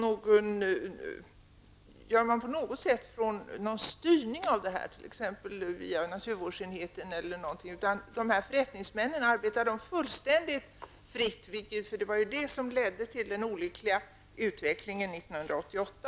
Förekommer det någon styrning av detta t.ex. via naturvårdsenheten? Dessa förrättningsmän, arbetar de fullständigt fritt? Det var ju detta som ledde till den olyckliga utvecklingen 1988.